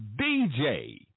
DJ